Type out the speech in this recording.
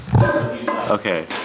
Okay